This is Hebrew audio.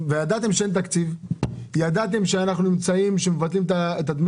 וידעתם שאין תקציב וידעתם שמבטלים את דמי